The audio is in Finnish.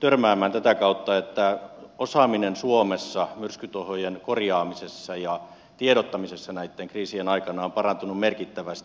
törmäämään tätä kautta että osaaminen suomessa myrskytuhojen korjaamisessa ja tiedottamisessa näitten kriisien aikana on parantunut merkittävästi